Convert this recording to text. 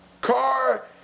car